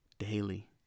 Daily